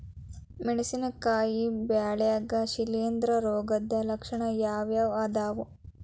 ಮೆಣಸಿನಕಾಯಿ ಬೆಳ್ಯಾಗ್ ಶಿಲೇಂಧ್ರ ರೋಗದ ಲಕ್ಷಣ ಯಾವ್ಯಾವ್ ಅದಾವ್?